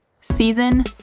Season